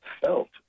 felt